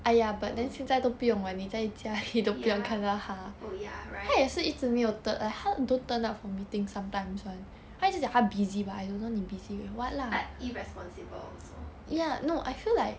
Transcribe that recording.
ya oh ya right like irresponsible also